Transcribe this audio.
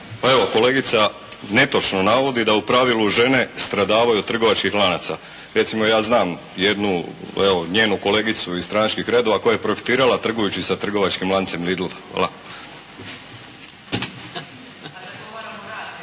Pa evo kolegica netočno navodi da u pravilu žene stradavaju od trgovačkih lanaca. Recimo ja znam jednu evo njenu kolegicu iz stranačkih redova koja je profitirala trgujući sa trgovačkim lancem "Lidl". Hvala.